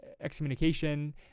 Excommunication